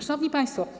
Szanowni Państwo!